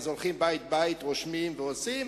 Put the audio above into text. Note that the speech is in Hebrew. אז הולכים בית-בית רושמים ועושים,